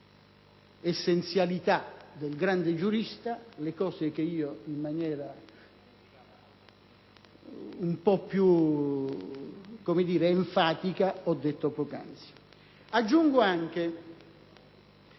l'essenzialità del grande giurista, le cose che io in maniera un po' più enfatica ho detto poc'anzi. Aggiungo anche